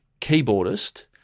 keyboardist